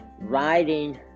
riding